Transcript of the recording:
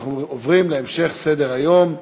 ואנחנו עוברים להמשך סדר-היום.